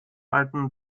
alten